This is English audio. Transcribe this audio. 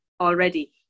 already